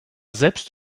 selbst